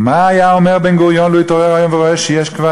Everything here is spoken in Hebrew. "מה היה אומר בן-גוריון לו התעורר היום ורואה שיש כבר